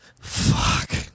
Fuck